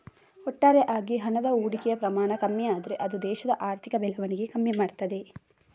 ಒಟ್ಟಾರೆ ಆಗಿ ಹಣದ ಹೂಡಿಕೆಯ ಪ್ರಮಾಣ ಕಮ್ಮಿ ಆದ್ರೆ ಅದು ದೇಶದ ಆರ್ಥಿಕ ಬೆಳವಣಿಗೆ ಕಮ್ಮಿ ಮಾಡ್ತದೆ